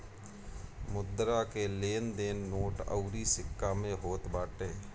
मुद्रा के लेन देन नोट अउरी सिक्का में होत बाटे